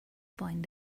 fine